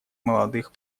молодых